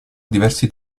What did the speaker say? diversi